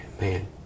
man